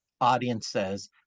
audiences